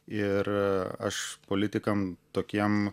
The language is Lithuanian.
ir aš politikam tokiem